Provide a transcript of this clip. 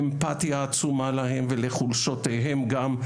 ואמפתיה עצומה להם ולחולשותיהם גם,